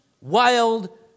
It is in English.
wild